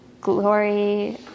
glory